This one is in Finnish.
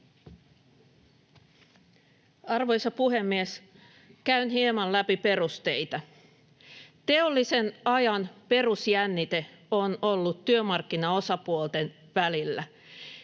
Arvoisa puhemies! Käyn hieman läpi perusteita. Teollisen ajan perusjännite on ollut työmarkkinaosapuolten välillä.